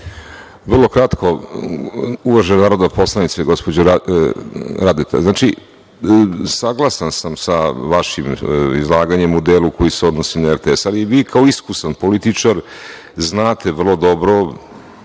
Vrlo kratko. Uvažena narodna poslanice gospođo Radeta, saglasan sam sa vašim izlaganjem u delu koji se odnosi na RTS, ali vi kao iskusan političar znate vrlo dobro,